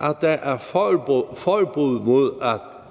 at der er forbud mod al